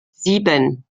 sieben